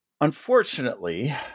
unfortunately